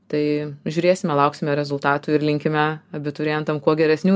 tai žiūrėsime lauksime rezultatų ir linkime abiturientams kuo geresnių